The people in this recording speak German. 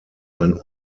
ein